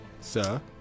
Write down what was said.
Sir